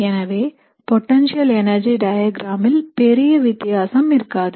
எனவே potential energy டயக்ராமில் பெரிய வித்தியாசம் இருக்காது